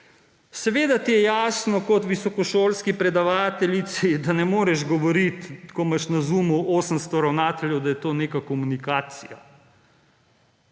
Seveda ti je jasno kot visokošolski predavateljici, da ne moraš govoriti, ko imaš na Zoomu 800 ravnateljev, da je to neka komunikacija.